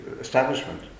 establishment